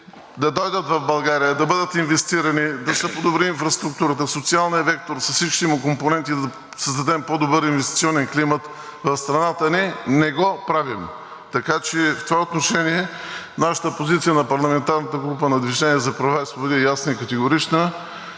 да дойдат в България, да бъдат инвестирани, да се подобри инфраструктурата, в социалния вектор с всичките му компоненти да създадем по-добър инвестиционен климат в страната ни, не го правим, така че в това отношение нашата позиция на парламентарната група на „Движение за права и свободи“ е ясна и категорична.